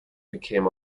became